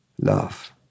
love